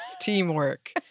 teamwork